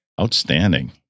Outstanding